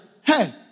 hey